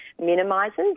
minimises